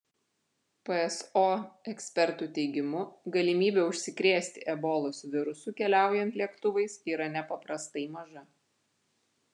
pso ekspertų teigimu galimybė užsikrėsti ebolos virusu keliaujant lėktuvais yra nepaprastai maža